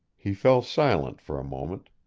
he fell silent for a moment,